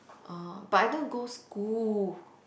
oh but I don't go school